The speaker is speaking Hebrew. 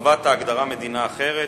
(הרחבת ההגדרה מדינה אחרת),